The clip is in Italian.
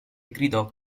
gridò